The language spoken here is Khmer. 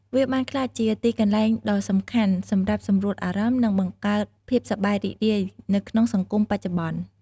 វាបានក្លាយជា ទីកន្លែងដ៏សំខាន់សម្រាប់សម្រួលអារម្មណ៍ និងបង្កើតភាពសប្បាយរីករាយ នៅក្នុងសង្គមបច្ចុប្បន្ន។